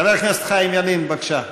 חבר הכנסת חיים ילין, בבקשה,